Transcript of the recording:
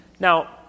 Now